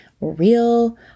real